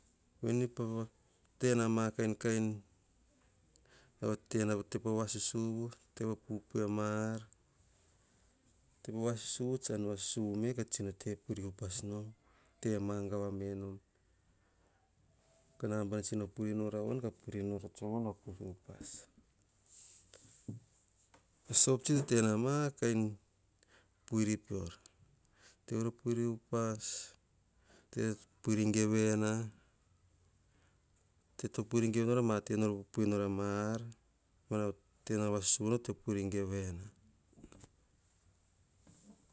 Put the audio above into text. Tena pama kainkain, tepo vasusuvu, tepo vasusuvu, tepo pupui ar. Tepo susuvu tsan ya susu ka puiri upas nom temagava me nom. Kanabana, tsino puiri nora voan. Ka tsino puir nor a tsion va puri upas. Sop tsi to tena ma kain. Puiri peor tevo puiri upas. Teto puiri gevena. Teto pupuiri governor tenor pupui nor ama ar tenor vasusu vunor to puiri gevena.